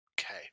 Okay